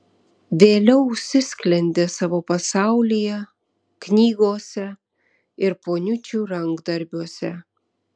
vėliau užsisklendė savo pasaulyje knygose ir poniučių rankdarbiuose